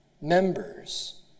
members